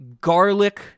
Garlic